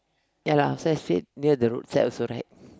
ya lah so I've said near the roadside also right